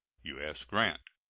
u s. grant.